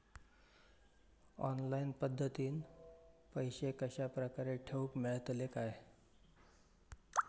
Online पद्धतीन पैसे कश्या प्रकारे ठेऊक मेळतले काय?